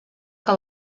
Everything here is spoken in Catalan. que